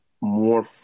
more